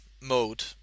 mode